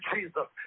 Jesus